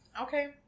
Okay